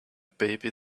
baby